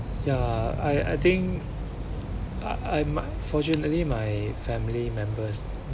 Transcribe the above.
ya I I think I might fortunately my family members